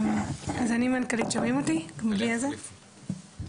טראמפ אמר ממש לפני חודש אני